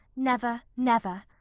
never, never!